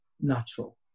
natural